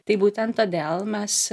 tai būtent todėl mes